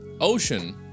ocean